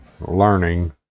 learning